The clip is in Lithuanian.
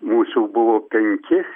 mūsų buvo penki